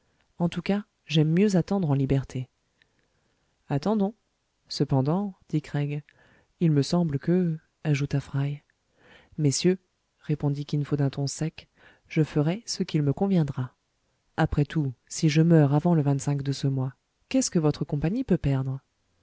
en tout cas j'aime mieux attendre en liberté attendons cependant dit craig il me semble que ajouta fry messieurs répondit kin fo d'un ton sec je ferai ce qu'il me conviendra après tout si je meurs avant le de ce mois qu'est-ce que votre compagnie peut perdre